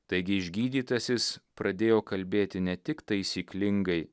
taigi išgydytasis pradėjo kalbėti ne tik taisyklingai